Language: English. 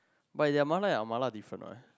but their mala our mala different one